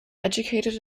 educated